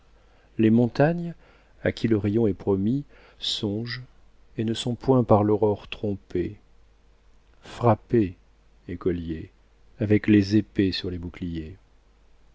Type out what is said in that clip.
les montagnes à qui le rayon est promis songent et ne sont point par l'aurore trompées frappez écoliers avec les épées sur les boucliers